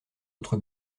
autre